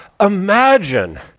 imagine